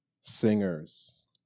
singers